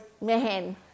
man